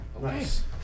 Nice